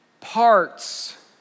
parts